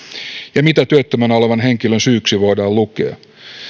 ja mitä työttömänä olevan henkilön syyksi voidaan lukea